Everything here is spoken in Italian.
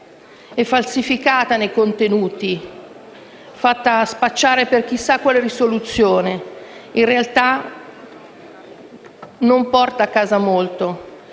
falsificato nei contenuti e spacciato per chissà quale soluzione. In realtà non porta a casa molto: